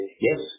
yes